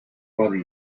bother